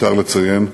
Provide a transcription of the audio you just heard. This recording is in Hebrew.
מיותר לציין,